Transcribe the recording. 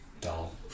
Dull